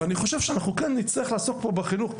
ואני חושב שאנחנו כן נצטרך לעסוק פה בחינוך.